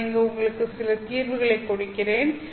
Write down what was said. நான் இங்கு உங்களுக்கு சில தீர்வுகளை கொடுக்கிறேன்